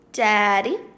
Daddy